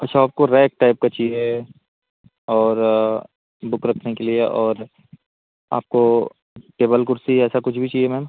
अच्छा आपको rack type का चाहिए और बुक रखने के लिए और आपको टेबल कुर्सी ऐसा कुछ भी चाहिए मैम